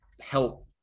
help